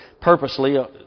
purposely